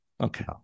okay